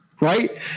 Right